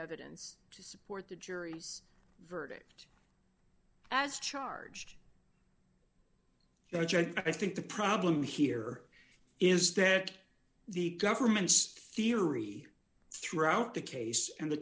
evidence to support the jury's verdict as charged that's i think the problem here is that the government's theory throughout the case and the